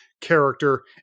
character